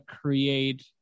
create